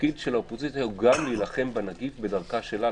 התפקיד של האופוזיציה הוא גם להילחם בנגיף בדרכה שלה,